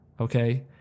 okay